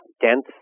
dense